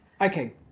Okay